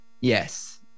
Yes